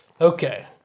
Okay